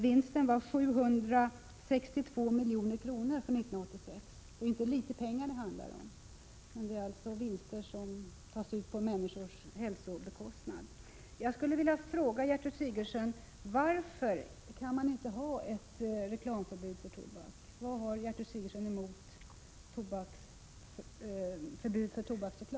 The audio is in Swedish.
Vinsten var 762 milj.kr. för 1986. Det är inte litet pengar det handlar om. Och det är vinster som tas ut på bekostnad av människors hälsa.